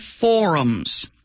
Forums